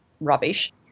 rubbish